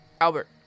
Albert